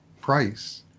price